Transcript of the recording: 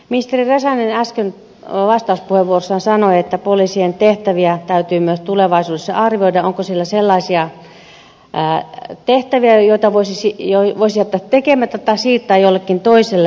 ministeri räsänen äsken vastauspuheenvuorossaan sanoi että poliisien tehtäviä täytyy myös tulevaisuudessa arvioida onko siellä sellaisia tehtäviä joita voisi jättää tekemättä tai siirtää jollekin toiselle